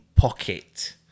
Pocket